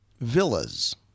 Villas